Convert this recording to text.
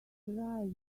drive